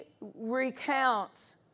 recounts